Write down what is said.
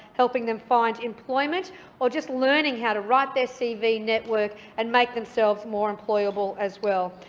helping them find employment or just learning how to write their cv network and make themselves more employable as well.